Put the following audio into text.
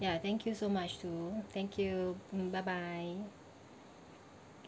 ya thank you so much too thank you mm bye bye